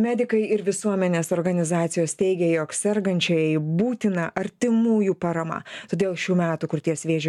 medikai ir visuomenės organizacijos teigia jog sergančiajai būtina artimųjų parama todėl šių metų krūties vėžio